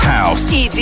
House